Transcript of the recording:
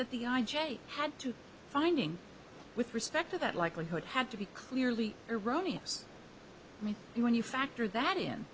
that the i j a had to finding with respect to that likelihood had to be clearly erroneous me when you factor that in